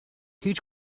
huge